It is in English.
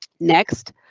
next,